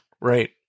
Right